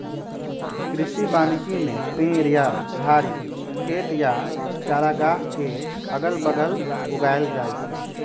कृषि वानिकी में पेड़ या झाड़ी खेत या चारागाह के अगल बगल उगाएल जाई छई